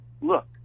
look